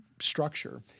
structure